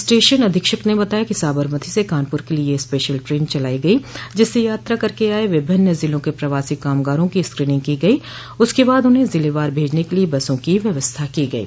station अधीक्षक ने बताया कि साबरमती से कानपुर के लिए यह स्पेशल ट्रेन चलायी गयी जिससे यात्रा करके आये विभिन्न जिलों के प्रवासी कामगारों की स्क्रीनिंग की गयी उसके बाद उन्हें जिलेवार भेजने क लिए बसों की व्यवस्था की गयी